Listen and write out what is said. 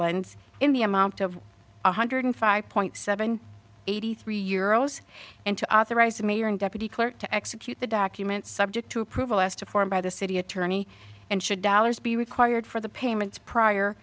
lines in the amount of one hundred five point seven eighty three year olds and to authorize the mayor and deputy clerk to execute the documents subject to approval as to form by the city attorney and should dollars be required for the payments prior